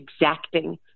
exacting